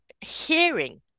hearing